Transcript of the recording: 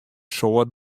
soad